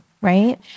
right